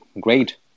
great